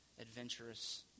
adventurous